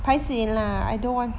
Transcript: paiseh lah I don't want